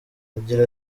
agira